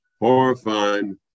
Horrifying